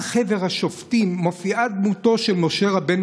חבר השופטים מופיעה דמותו של משה רבנו,